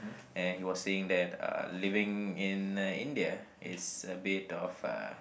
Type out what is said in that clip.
and he was saying that uh living in India is a bit of uh